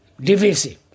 divisive